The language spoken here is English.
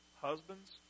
Husbands